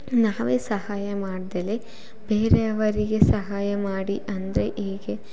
ನಾವೇ ಸಹಾಯ ಮಾಡದಲೆ ಬೇರೆಯವರಿಗೆ ಸಹಾಯ ಮಾಡಿ ಅಂದರೆ ಹೇಗೆ